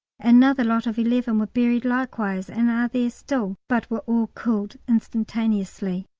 another lot of eleven were buried likewise, and are there still, but were all killed instantaneously.